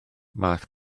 math